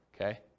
okay